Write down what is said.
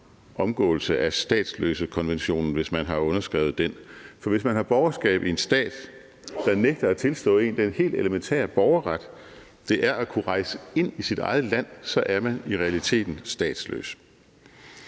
facto-omgåelse af statsløsekonventionen, hvis man har underskrevet den. For hvis man har borgerskab i en stat, der nægter at tilstå en den helt elementære borgerret, det er at kunne rejse ind i sit eget land, så er man i realiteten statsløs.